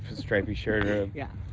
stripey shirt or. yeah.